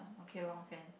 okay lor can